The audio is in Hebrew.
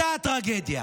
אתה הטרגדיה.